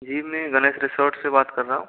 जी मैं गनेस रिसोर्ट से बात कर रहा हूँ